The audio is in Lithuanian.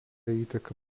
įteka